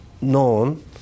known